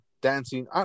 dancing